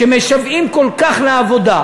שמשוועים בו כל כך לעבודה,